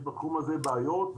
יש בתחום הזה בעיות,